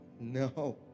no